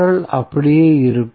L அப்படியே இருக்கும்